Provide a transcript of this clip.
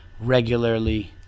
regularly